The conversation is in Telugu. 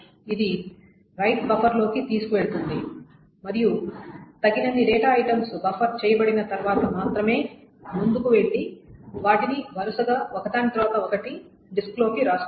అది రైట్ బఫర్లోకి తీసుకువెళుతుంది మరియు తగినన్ని డేటా ఐటమ్స్ బఫర్ చేయబడిన తర్వాత మాత్రమే ముందుకు వెళ్లి వాటిని వరుసగా ఒకదాని తర్వాత ఒకటి డిస్క్ లోకి వ్రాస్తుంది